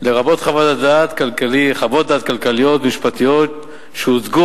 לרבות חוות דעת כלכליות ומשפטיות שהוצגו